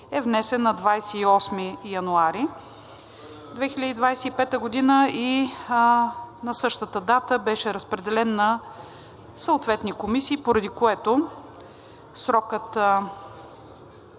е внесен на 28 януари 2025 г. и на същата дата беше разпределен на съответните комисии, поради което срокът